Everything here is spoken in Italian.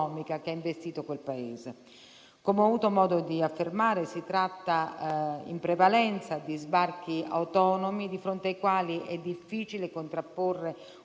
Grazie